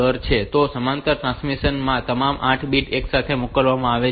તો સમાંતર ટ્રાન્સમિશન માં તમામ 8 બિટ્સ એકસાથે મોકલવામાં આવે છે